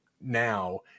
now